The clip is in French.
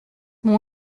mon